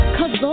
Cause